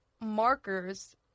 markers